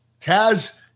Taz